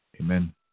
Amen